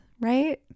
right